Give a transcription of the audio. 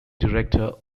director